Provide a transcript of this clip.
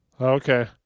Okay